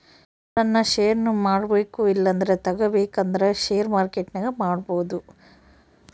ಯಾರನ ಷೇರ್ನ ಮಾರ್ಬಕು ಇಲ್ಲಂದ್ರ ತಗಬೇಕಂದ್ರ ಷೇರು ಮಾರ್ಕೆಟ್ನಾಗ ಮಾಡ್ಬೋದು